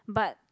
but